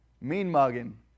mean-mugging